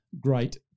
great